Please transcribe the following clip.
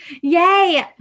Yay